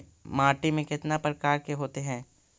माटी में कितना प्रकार के होते हैं?